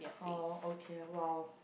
oh okay !wow!